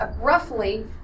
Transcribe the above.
roughly